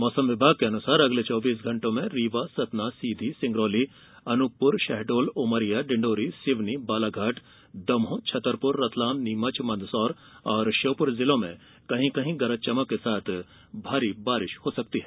मौसम विभाग के अनुसार अगले चौबीस घण्टों में रीवा सतना सीधी सिंगरौली अनुपपुर शहडोल उमरिया डिण्डौरी सिवनी बालाघाट दमोह छतरपुररतलाम नीमचमंदसौर और श्योपुर जिलों में कहीं कहीं गरज चमक के साथ भारी बारिश हो सकती है